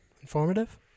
Informative